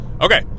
Okay